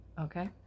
Okay